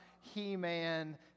He-Man